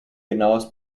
genaues